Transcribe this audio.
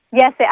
Yes